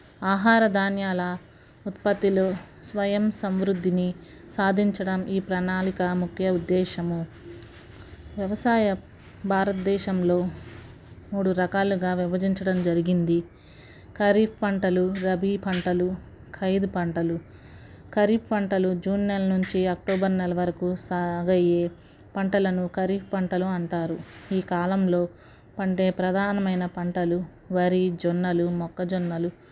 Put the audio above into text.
ఆహార ధాన్యాల ఉత్పత్తిలో స్వయం సమృద్ధిని సాధించడం ఈ ప్రణాళిక ముఖ్య ఉద్దేశము వ్యవసాయం భారతదేశంలో మూడు రకాలుగా విభజించడం జరిగింది ఖరీఫ్ పంటలు రవి పంటలు ఖైరు పంటలు ఖరీఫ్ పంటలు జూన్ నెల నుంచి అక్టోబర్ నెల వరకు సాగు అయ్యే పంటలను ఖరీఫ్ పంటలు అంటారు ఈ కాలంలో పండే ప్రధానమైన పంటలు వారి జొన్నలు మొక్కజొన్నలు